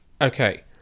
okay